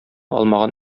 алмаган